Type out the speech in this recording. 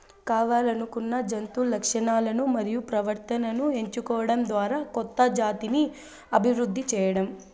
కావల్లనుకున్న జంతు లక్షణాలను మరియు ప్రవర్తనను ఎంచుకోవడం ద్వారా కొత్త జాతిని అభివృద్ది చేయడం